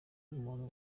umuntu